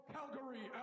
Calgary